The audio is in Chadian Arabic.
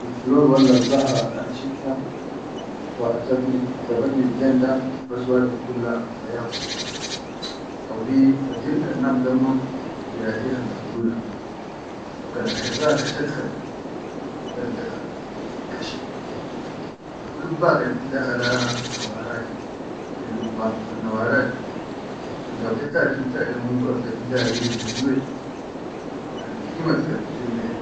Al fulor walla azzahara al ana shifta wa ejabani bilen da hubas wade al bigulu le ya al bayyat hau hi kan fajir kan nam gamma, bi raʼiha masduda hae kan herra kan kashat kan dadda tin kashi ha fulubba kan inda leha nawara ke min lubba. An nawara di, kan gadeta jibta min munhurak di inda ri helluye wa kan gidimat til ga.